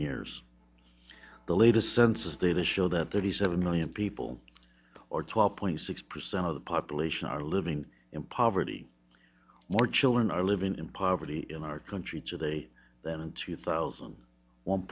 years the latest census data show that there is seven million people or twelve point six percent of the population are living in poverty more children are living in poverty in our country today that in two thousand one